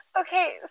Okay